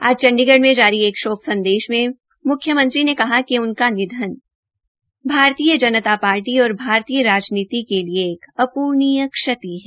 आज चंडीगढ़ से जाररी एक शोक संदेश में म्ख्यमंत्री ने कहा कि उनका निधन भारतीय जनता पार्टी और भारतीय राजनीति के लिए एक अप्रणीय क्षति है